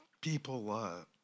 people